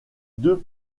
deux